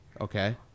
Okay